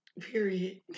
Period